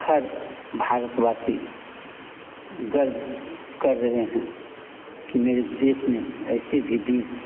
हर भारतवासी गर्व कर रहे हैं कि मेरे देश में ऐसे भी वीर